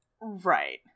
right